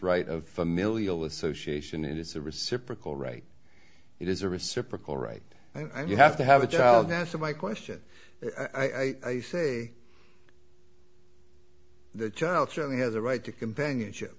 right of familial association and it's a reciprocal right it is a reciprocal right i mean you have to have a child now so my question i say the child certainly has a right to companionship